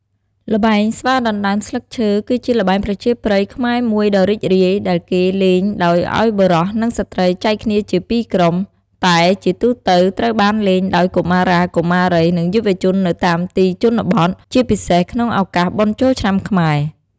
ល្បែងស្វាដណ្ដើមស្លឹកឈើ គឺជាល្បែងប្រជាប្រិយខ្មែរមួយដ៏រីករាយ ដែលគេលេងដោយឱ្យបុរស និងស្ត្រីចែកគ្នាជា២ក្រុម តែជាទូទៅត្រូវបានលេងដោយកុមារា កុមារី និងយុវជននៅតាមទីជនបទ ជាពិសេសក្នុងឱកាសបុណ្យចូលឆ្នាំខ្មែរ។